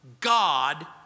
God